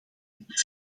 met